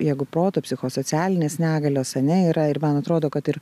jeigu proto psichosocialinės negalios ane yra ir man atrodo kad ir